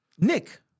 Nick